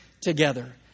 together